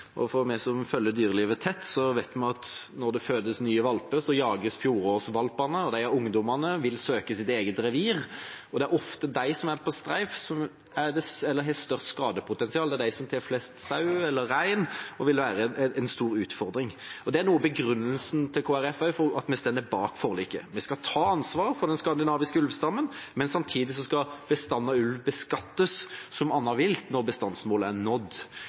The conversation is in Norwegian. som følger dyrelivet tett, vet at når det fødes nye valper, jages fjorårsvalpene, og disse ungdommene vil søke sitt eget revir. Det er ofte de som er på streif, som har størst skadepotensial, det er de som tar flest sau eller rein og vil være en stor utfordring. Det er også noe av begrunnelsen til Kristelig Folkeparti for at vi står bak forliket. Vi skal ta ansvar for den skandinaviske ulvestammen, men samtidig skal bestanden av ulv beskattes som annet vilt når bestandsmålet er nådd.